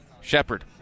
Shepard